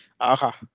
Aha